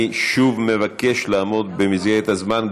אני שוב מבקש לעמוד במסגרת הזמן,